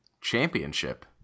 Championship